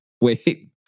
Wait